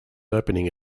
opening